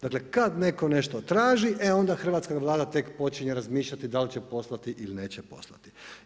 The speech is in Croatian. Dakle kada netko nešto traži e onda hrvatska Vlada tek počinje razmišljati da li će poslati ili neće poslati.